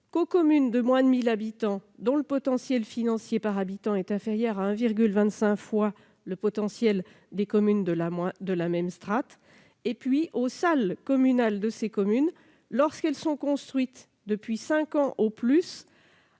aux communes de moins de 1 000 habitants, dont le potentiel financier par habitant est inférieur à 1,25 fois le potentiel des communes de la même strate, et aux salles communales de ces communes construites depuis cinq ans au plus